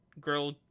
girl